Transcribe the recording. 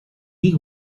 ich